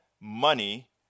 money